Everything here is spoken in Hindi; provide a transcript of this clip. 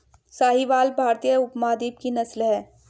साहीवाल भारतीय उपमहाद्वीप की नस्ल है